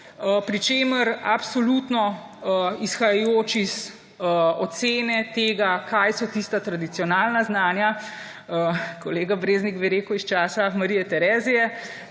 pri čemer absolutno izhajajoč iz ocene tega, kaj so tista tradicionalna znanja, kolega Breznik bi rekel – iz časa Marije Terezije,